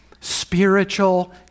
spiritual